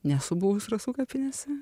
nesu buvus rasų kapinėse